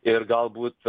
ir galbūt